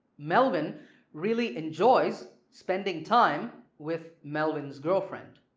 melvin really enjoys spending time with melvin's girlfriend